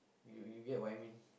you you get what I mean